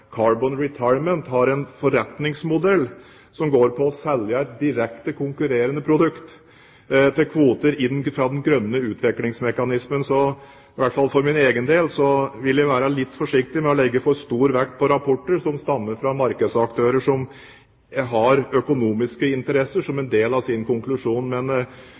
Carbon Retirement har en forretningsmodell som går på å selge et direkte konkurrerende produkt til kvoter inn fra den grønne utviklingsmekanismen. Så i hvert fall for min egen del vil jeg være litt forsiktig med å legge for stor vekt på rapporter som stammer fra markedsaktører som har økonomiske interesser som en del av sin konklusjon. Men